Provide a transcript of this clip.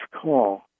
call